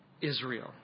Israel